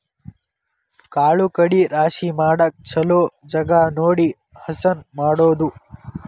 ಕಾಳು ಕಡಿ ರಾಶಿ ಮಾಡಾಕ ಚುಲೊ ಜಗಾ ನೋಡಿ ಹಸನ ಮಾಡುದು